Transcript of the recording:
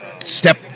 step